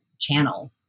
channel